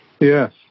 Yes